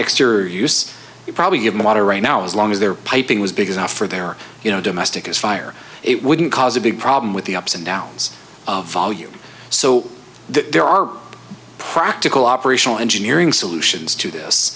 exterior use you probably give me water right now as long as they're piping was big enough for their you know domestic is fire it wouldn't cause a big problem with the ups and downs of volume so there are practical operational engineering solutions to this